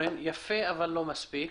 יפה, אבל לא מספיק.